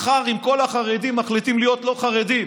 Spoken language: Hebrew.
מחר, אם כל החרדים מחליטים להיות לא חרדים